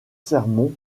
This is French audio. sermons